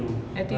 I think